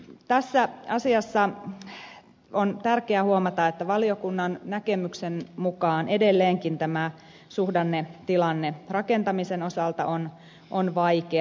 tässä asiassa on tärkeää huomata että valiokunnan näkemyksen mukaan edelleenkin suhdannetilanne rakentamisen osalta on vaikea